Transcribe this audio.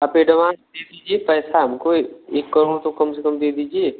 आप एडवांस दे दीजिए पैसा हमको एक करोड़ तो कम तो कम से कम दे दीजिए